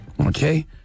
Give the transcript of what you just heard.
okay